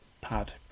pad